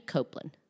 Copeland